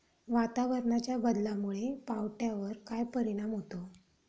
वातावरणाच्या बदलामुळे पावट्यावर काय परिणाम होतो?